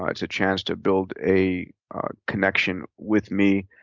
um it's a chance to build a connection with me.